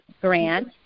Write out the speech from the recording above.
Grant